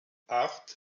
acht